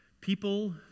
People